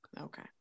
Okay